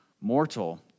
Mortal